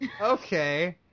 Okay